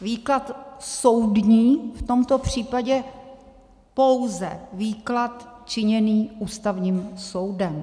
Výklad soudní, v tomto případě pouze výklad činěný Ústavním soudem.